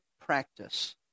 practice